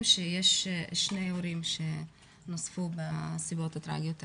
שיש שני הורים שנספו בנסיבות הטרגיות האלה.